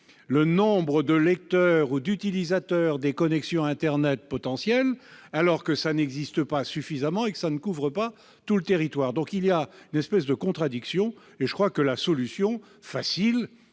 le nombre de lecteurs ou d'utilisateurs des connexions internet potentielles qui n'existent pas suffisamment et qui ne couvrent pas tout le territoire ? Il y a là une espèce de contradiction, et la solution facile,